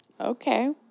okay